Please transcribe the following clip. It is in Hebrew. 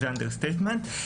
זה אנדרסטייטמנט.